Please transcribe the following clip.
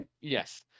Yes